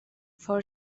for